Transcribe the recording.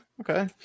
Okay